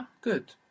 Good